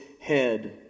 head